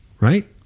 right